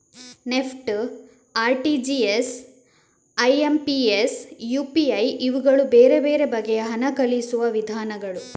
NEFT, RTGS, IMPS, UPI ಇವುಗಳು ಬೇರೆ ಬೇರೆ ಬಗೆಯ ಹಣ ಕಳುಹಿಸುವ ವಿಧಾನಗಳು